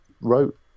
wrote